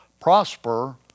prosper